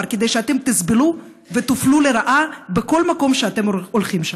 כדי שאתם תסבלו ותופלו לרעה בכל מקום שאתם הולכים לשם.